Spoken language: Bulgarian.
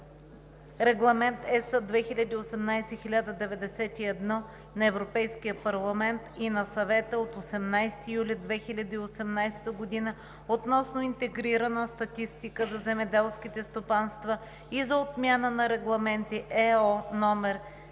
Регламент (ЕС) 2018/1091 на Европейския парламент и на Съвета от 18 юли 2018 г. относно интегрирана статистика за земеделските стопанства и за отмяна на регламенти (ЕО) №